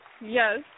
Yes